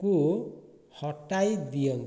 କୁ ହଟାଇ ଦିଅନ୍ତୁ